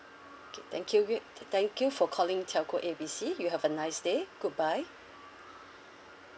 okay okay thank you gu~ thank you for calling telco A B C you have a nice day goodbye